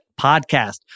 podcast